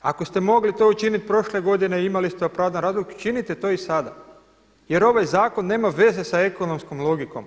Ako ste mogli to učiniti prošle godine i imali ste opravdan razlog, učinite to i sada jer ovaj zakon nema veze sa ekonomskom logikom.